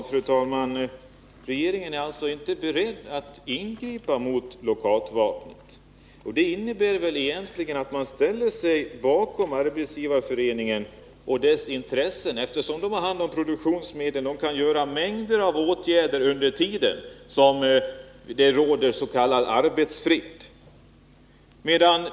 Fru talman! Regeringen är alltså inte beredd att ingripa mot lockoutvapnet. Det innebär väl egentligen att man ställer sig bakom Arbetsgivareföreningen och dess intressen, eftersom den har hand om produktionsmedlen och kan vidta mängder av åtgärder medan det råder s.k. arbetsfred.